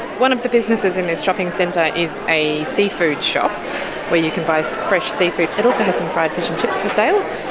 one of the businesses in this shopping centre is a seafood shop where you can buy fresh seafood, it also has some fried fish and chips for sale,